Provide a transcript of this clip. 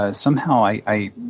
ah somehow i